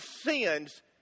sins